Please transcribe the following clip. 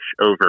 over